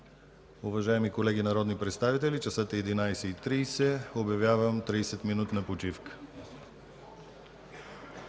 Уважаеми колеги народни представители, часът е 11,30. Обявявам 30-минутна почивка.